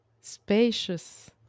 spacious